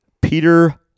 Peter